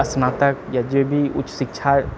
स्नातक या जेभी उच्च शिक्षा